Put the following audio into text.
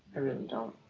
i really don't.